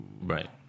Right